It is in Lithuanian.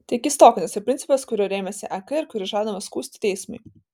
tai keistoka nes tai principas kuriuo rėmėsi ek ir kuris žadamas skųsti teismui